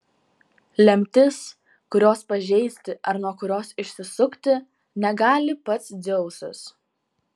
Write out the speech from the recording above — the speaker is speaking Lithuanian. lemtis kurios pažeisti ar nuo kurios išsisukti negali pats dzeusas